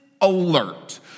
alert